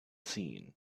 seen